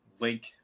link